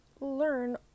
learn